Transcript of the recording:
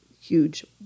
huge